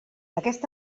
aquest